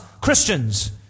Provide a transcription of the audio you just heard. Christians